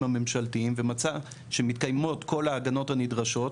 הממשלתיים ומצאה שמתקיימות כל ההגנות הנדרשות.